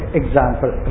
example